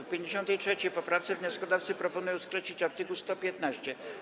W 53. poprawce wnioskodawcy proponują skreślić art. 115.